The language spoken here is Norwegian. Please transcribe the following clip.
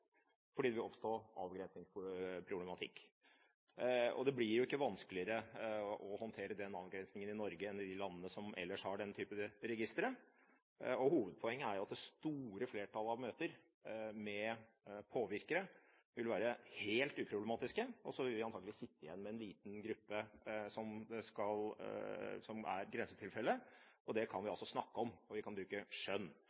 fordi det vil oppstå avgrensningsproblematikk. Det blir jo ikke vanskeligere å håndtere den avgrensningen i Norge enn i de landene som ellers har denne typen registre. Hovedpoenget er at det store flertallet av møter med påvirkere vil være helt uproblematiske, og så vil vi antakeligvis sitte igjen med en liten gruppe som er grensetilfeller. Det kan vi snakke om, og vi kan